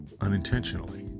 unintentionally